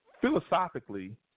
Philosophically